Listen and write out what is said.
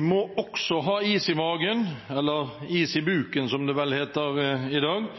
må også ha is i magen – eller is i buken, som det vel heter i dag –